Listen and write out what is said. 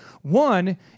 One